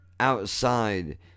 outside